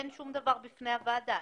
אין שום דבר בפני הוועדה,